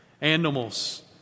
Animals